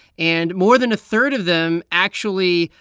and more than a third of them, actually,